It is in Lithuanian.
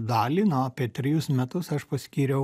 dalį na apie trejus metus aš paskyriau